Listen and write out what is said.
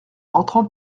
entrant